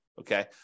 Okay